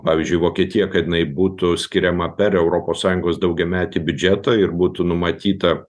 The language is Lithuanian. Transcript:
pavyzdžiui vokietija kad jinai būtų skiriama per europos sąjungos daugiametį biudžetą ir būtų numatyta